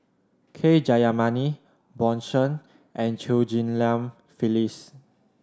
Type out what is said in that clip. K Jayamani Bjorn Shen and Chew Ghim Lian Phyllis